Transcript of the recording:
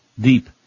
Deep